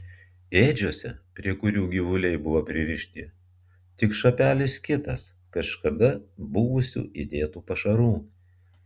ėdžiose prie kurių gyvuliai buvo pririšti tik šapelis kitas kažkada buvusių įdėtų pašarų